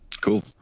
Cool